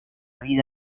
vida